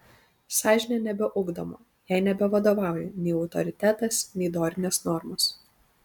sąžinė nebeugdoma jai nebevadovauja nei autoritetas nei dorinės normos